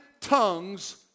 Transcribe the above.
tongues